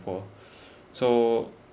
poor so